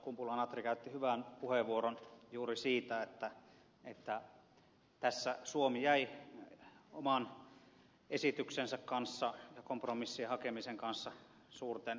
kumpula natri käytti hyvän puheenvuoron juuri siitä että tässä suomi jäi oman esityksensä ja kompromissien hakemisen kanssa suurten maiden jalkoihin